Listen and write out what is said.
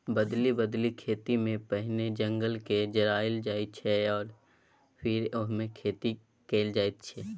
बदलि बदलि खेतीमे पहिने जंगलकेँ जराएल जाइ छै आ फेर ओहिमे खेती कएल जाइत छै